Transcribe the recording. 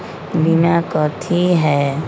बीमा कथी है?